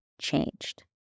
changed